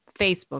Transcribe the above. Facebook